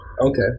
Okay